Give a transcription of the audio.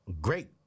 Great